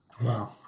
Wow